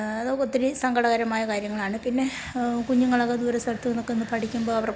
നമുക്ക് ഒത്തരി സങ്കടകരമായ കാര്യങ്ങളാണ് പിന്നെ കുഞ്ഞുങ്ങളൊക്കെ ദൂരെ സ്ഥലത്ത് നിന്നൊക്കെ പഠിക്കുമ്പോൾ അവർക്ക്